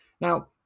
Now